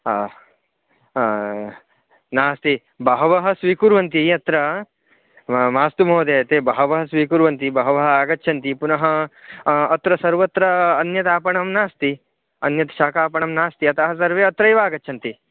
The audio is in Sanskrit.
नास्ति बहवः स्वीकुर्वन्ति अत्र मास्तु महोदय ते बहवः स्वीकुर्वन्ति बहवः आगच्छन्ति पुनः अत्र सर्वत्र अन्यदापणं नास्ति अन्यत् शाकापणं स्ति अतः सर्वे अत्रैव आगच्छन्ति